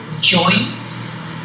joints